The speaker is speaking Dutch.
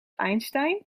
einstein